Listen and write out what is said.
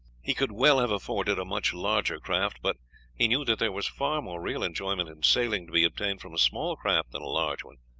he could well have afforded a much larger craft, but he knew that there was far more real enjoyment in sailing to be obtained from a small craft than a large one,